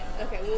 Okay